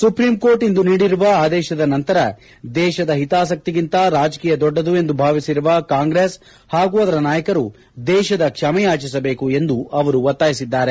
supreme court ಇಂದು ನೀಡಿರುವ ಆದೇಶದ ನಂತರ ದೇಶದ ಹಿತಾಸಕ್ತಿಗಿಂತ ರಾಜಕೀಯ ದೊಡ್ಡದು ಎಂದು ಭಾವಿಸಿರುವ ಕಾಂಗ್ರೆಸ್ ಹಾಗೂ ಅದರ ನಾಯಕರು ದೇಶದ ಕ್ಷಮೆಯಾಚಿಸಬೇಕು ಎಂದು ಅವರು ಒತ್ತಾಯಿಸಿದ್ದಾರೆ